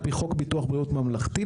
על פי חוק ביטוח בריאות ממלכתי,